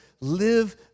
Live